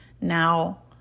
now